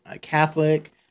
Catholic